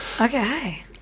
okay